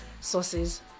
sources